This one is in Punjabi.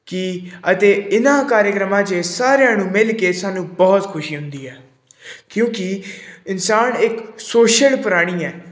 ਕਿ ਅਤੇ ਇਹਨਾਂ ਕਾਰਿਕ੍ਰਮਾਂ 'ਚ ਸਾਰਿਆਂ ਨੂੰ ਮਿਲ ਕੇ ਸਾਨੂੰ ਬਹੁਤ ਖੁਸ਼ੀ ਹੁੰਦੀ ਹੈ ਕਿਉਂਕਿ ਇਨਸਾਨ ਇੱਕ ਸੋਸ਼ਲ ਪ੍ਰਾਣੀ ਹੈ